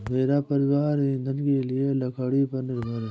मेरा परिवार ईंधन के लिए लकड़ी पर निर्भर है